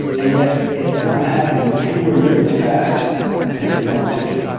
and yet it's not happening anywhere near as fast as we want it to.